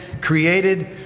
created